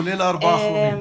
כולל הארבעה האחרונים?